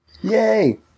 Yay